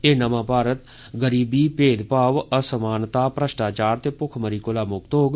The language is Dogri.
एह् नमां भारत गरीबी भेदभाव असमानता भ्रष्टाचार ते भुक्खमरी कोला मुक्त होग